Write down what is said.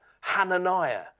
Hananiah